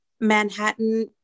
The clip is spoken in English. Manhattan